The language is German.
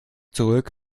zurück